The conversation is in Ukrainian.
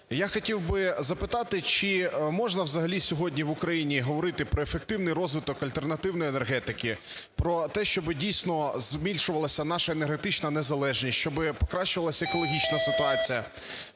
Я хотів би запитати, чи можна взагалі сьогодні в Україні говорити про ефективний розвиток альтернативної енергетики, про те, щоб дійсно збільшувалась наша енергетична незалежність, щоб покращувалась екологічна ситуація,